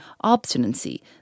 obstinacy